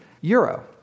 euro